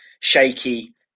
shaky